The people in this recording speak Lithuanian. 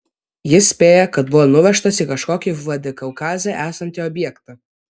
jis spėja kad buvo nuvežtas į kažkokį vladikaukaze esantį objektą